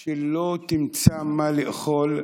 כשלא תמצא מה לאכול,